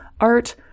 art